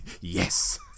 yes